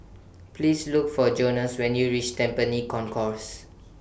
Please Look For Jonas when YOU REACH Tampines Concourse